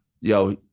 yo